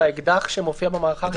האקדח שמופיע במערכה הראשונה